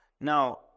Now